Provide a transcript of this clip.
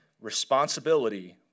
responsibility